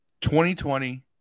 2020